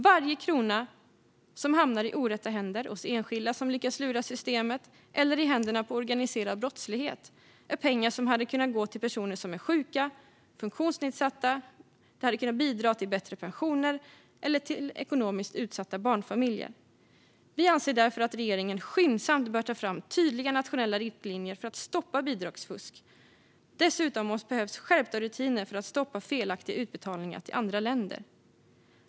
Varje krona som hamnar i orätta händer hos enskilda som lyckas lura systemet eller i händerna på organiserad brottslighet är pengar som hade kunnat gå till personer som är sjuka eller funktionsnedsatta, bidra till bättre pensioner eller gå till ekonomiskt utsatta barnfamiljer. Vi anser därför att regeringen skyndsamt bör ta fram tydliga nationella riktlinjer för att stoppa bidragsfusk. Dessutom behövs skärpta rutiner för att stoppa felaktiga utbetalningar till andra länder.